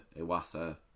Iwasa